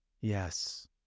Yes